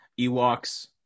Ewoks